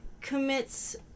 commits